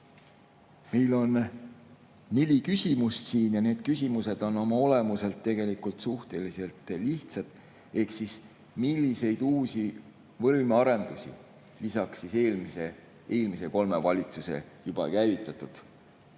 Meil on neli küsimust ja need on oma olemuselt tegelikult suhteliselt lihtsad. Milliseid uusi võimearendusi lisaks eelmise kolme valitsuse juba käivitatud,